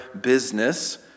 business